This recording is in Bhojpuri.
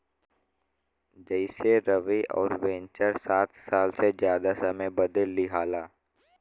जइसेरवि अउर वेन्चर सात साल से जादा समय बदे लिआला